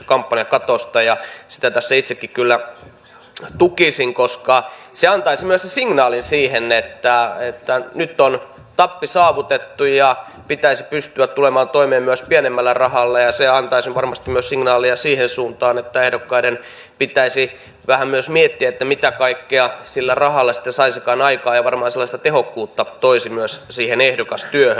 sitä tässä itsekin kyllä tukisin koska se antaisi myös sen signaalin siihen että nyt on tappi saavutettu ja pitäisi pystyä tulemaan toimeen myös pienemmällä rahalla ja se antaisi varmasti myös signaalia siihen suuntaan että ehdokkaiden pitäisi vähän myös miettiä mitä kaikkea sillä rahalla sitten saisikaan aikaan ja varmaan sellaista tehokkuutta se toisi myös siihen ehdokastyöhön